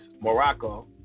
Morocco